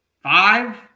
five